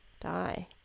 die